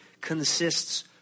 consists